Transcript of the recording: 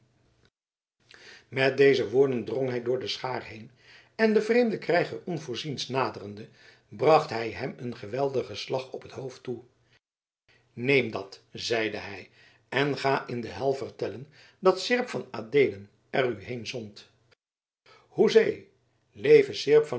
met deze woorden drong hij door de schaar heen en den vreemden krijger onvoorziens naderende bracht hij hem een geweldigen slag op het hoofd toe neem dat zeide hij en ga in de hel vertellen dat seerp van adeelen er u heenzond hoezee leve seerp van